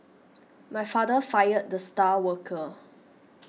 my father fired the star worker